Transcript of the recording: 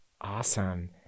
Awesome